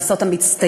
ועשה אותן בהצטיינות,